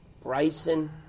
Bryson